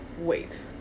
wait